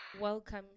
Welcome